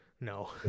no